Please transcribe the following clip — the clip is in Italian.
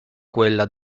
quella